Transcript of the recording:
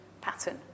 pattern